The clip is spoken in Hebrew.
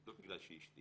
לא בגלל שהיא אשתי